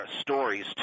stories